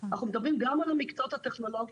אנחנו מדברים גם על מחסור במקצועות הטכנולוגיים